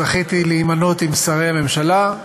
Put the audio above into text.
זכיתי להימנות עם שרי הממשלה.